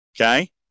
Okay